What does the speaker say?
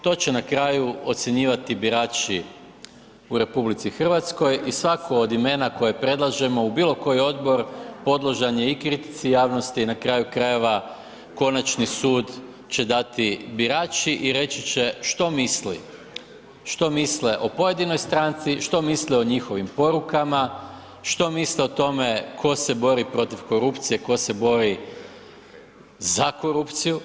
To će na kraju ocjenjivati birači u RH i svatko od imena koje predlažemo u bilo koji odbor podložan je i kritici javnosti i na kraju krajeva konačni sud će dati birači i reći će što misli, što misle o pojedinoj stranici, što misle o njihovim porukama, što misle o tome tko se bori protiv korupcije, tko se bori za korupciju.